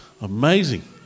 amazing